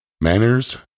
Manners